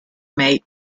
mate